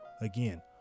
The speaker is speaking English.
again